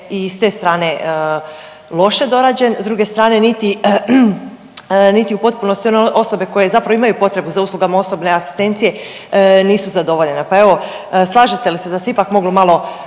i s te strane loše dorađen, s druge strane niti, niti u potpunosti one osobe koje zapravo imaju potrebu za uslugama osobne asistencije nisu zadovoljene. Pa evo, slažete li se da se ipak moglo malo